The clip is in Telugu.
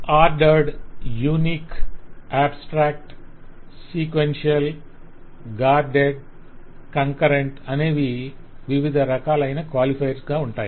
ordered unique abstract sequential guarded concurrent అనేవి ఇవి వివిధ రకాలైన క్వాలిఫైయర్లు గా ఉంటాయి